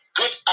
good